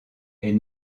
est